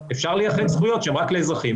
שאפשר לייחד זכויות שהן רק לאזרחים.